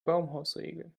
baumhausregel